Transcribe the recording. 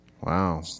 Wow